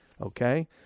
Okay